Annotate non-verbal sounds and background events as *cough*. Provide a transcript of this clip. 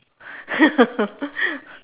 *laughs*